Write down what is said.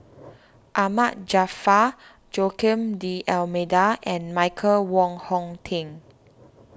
Ahmad Jaafar Joaquim D'Almeida and Michael Wong Hong Teng